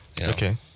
Okay